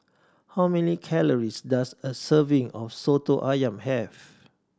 how many calories does a serving of Soto Ayam have